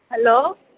hello